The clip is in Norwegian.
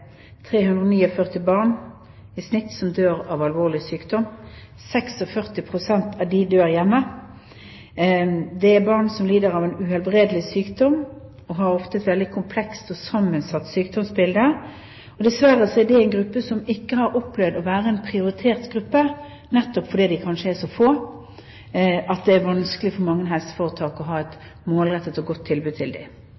barn i snitt som dør av alvorlig sykdom. 46 pst. av dem dør hjemme. Det er barn som lider av en uhelbredelig sykdom, og som ofte har et veldig komplekst og sammensatt sykdomsbilde. Dessverre er det en gruppe som ikke har opplevd å være en prioritert gruppe. Kanskje nettopp fordi de er så få, er det vanskelig for mange helseforetak å ha et